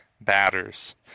batters